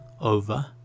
Over